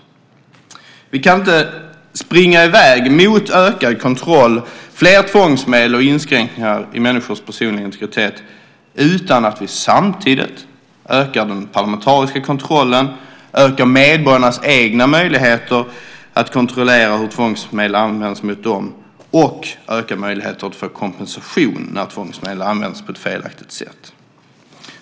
Vi kan inte springa i väg mot ökad kontroll, fler tvångsmedel och inskränkningar i människors personliga integritet utan att vi samtidigt ökar den parlamentariska kontrollen, ökar medborgarnas egna möjligheter att kontrollera hur tvångsmedel används mot dem och ökar möjligheterna till kompensation när tvångsmedel används på ett felaktigt sätt.